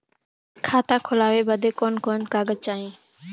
खाता खोलवावे बादे कवन कवन कागज चाही?